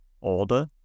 order